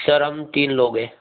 sir हम तीन लोग है